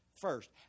first